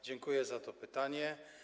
Dziękuję za to pytanie.